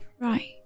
Right